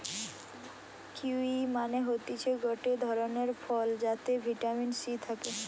kiwi মানে হতিছে গটে ধরণের ফল যাতে ভিটামিন সি থাকে